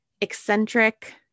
eccentric